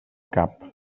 cap